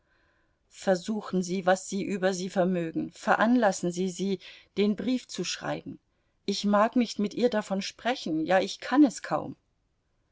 versuchen sie was sie über sie vermögen veranlassen sie sie den brief zu schreiben ich mag nicht mit ihr davon sprechen ja ich kann es kaum